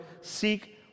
seek